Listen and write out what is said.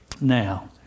Now